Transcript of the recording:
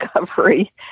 recovery